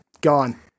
Gone